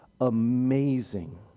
amazing